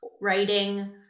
writing